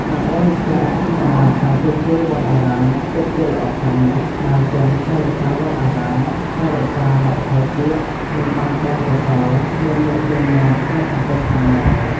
ការបរិច្ចាគសម្រាប់ការជួសជុលវត្តអារាម ពិតជាល្អខ្លាំងណាស់ បានទាំង ថែរក្សាវត្តអារាម ថែរក្សាវប្បធម៌ជាតិ និងបានបុណ្យកុសល មានមុខមានមាត់ក្នុងសង្គមផងដែរ។